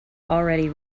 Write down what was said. already